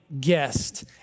guest